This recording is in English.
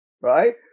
right